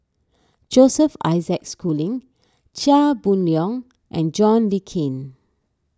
Joseph Isaac Schooling Chia Boon Leong and John Le Cain